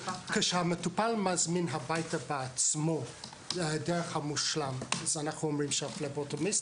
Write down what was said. כשהמטופל מזמין הביתה בעצמו דרך המושלם אנו אומרים שהפבלוטומיסט.